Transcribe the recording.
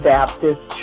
Baptist